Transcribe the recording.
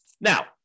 Now